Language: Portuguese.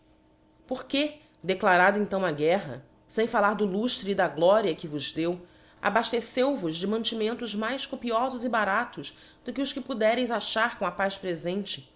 porque declarada então a guerra fem fallar do lustre da gloria que vos deu abafteceu vos de mantimentos mais copiofos e baratos do que os podereis achar com a paz prefente